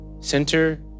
center